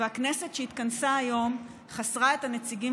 והכנסת שהתכנסה היום חסרה את הנציגים